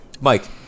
mike